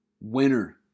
Winner